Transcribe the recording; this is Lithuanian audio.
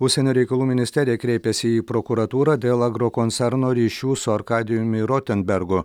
užsienio reikalų ministerija kreipėsi į prokuratūrą dėl agrokoncerno ryšių su arkadijumi rotenbergu